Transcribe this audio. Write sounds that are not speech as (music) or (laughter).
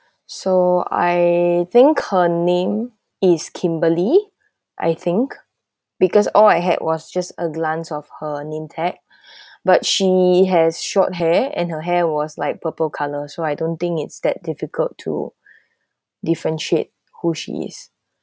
(breath) so I think her name is kimberly I think because all I had was just a glance of her name tag (breath) but she has short hair and her hair was like purple colour so I don't think it's that difficult to (breath) differentiate who she is